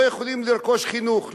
לא יכולות לרכוש חינוך,